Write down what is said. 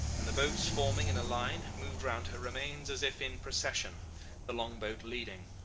and the boats forming in a line moved round her remains as if in procession the long-boat leading.